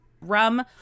rum